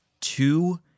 two